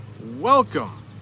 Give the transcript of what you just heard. welcome